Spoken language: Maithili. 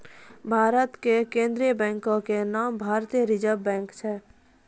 भारत के केन्द्रीय बैंको के नाम भारतीय रिजर्व बैंक छै